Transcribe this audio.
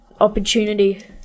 opportunity